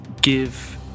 give